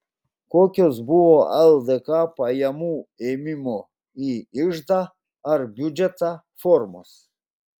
kokios buvo ldk pajamų ėmimo į iždą ar biudžetą formos